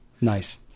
Nice